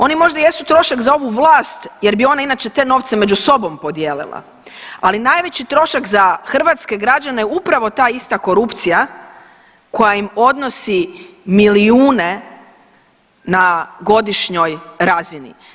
Oni možda jesu trošak za ovu vlast jer bi ona inače te novce među sobom podijelila, ali najveći trošak za hrvatske građene je upravo ta ista korupcija koja im odnosi milijune na godišnjoj razini.